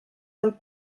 del